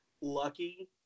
lucky